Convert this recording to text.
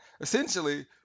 essentially